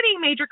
major